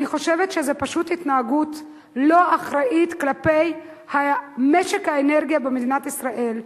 אני חושבת שזו פשוט התנהגות לא אחראית כלפי משק האנרגיה במדינת ישראל,